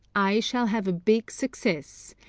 i shall have a big success.